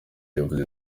yavuze